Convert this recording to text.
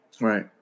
Right